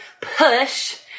push